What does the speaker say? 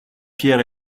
pierre